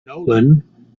nolan